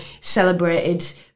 celebrated